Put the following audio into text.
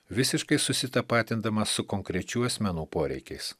visiškai susitapatindamas su konkrečių asmenų poreikiais